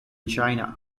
china